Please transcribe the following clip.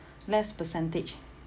less percentage